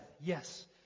yes